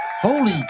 Holy